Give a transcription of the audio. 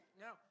No